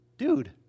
Dude